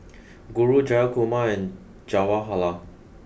Guru Jayakumar and Jawaharlal